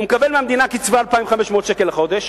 הוא מקבל מהמדינה קצבה 2,500 שקל לחודש,